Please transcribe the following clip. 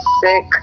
sick